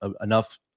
enough